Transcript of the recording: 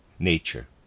Nature